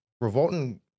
revolting